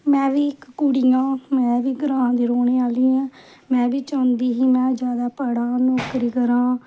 में बी इक कूड़ी ऐ ग्रां दी रौह्ने आह्ली ऐ में बी चाह्दीं ही में बी पढ़ां नौकरी करां